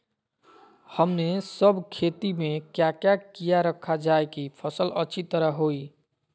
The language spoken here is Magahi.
हमने सब खेती में क्या क्या किया रखा जाए की फसल अच्छी तरह होई?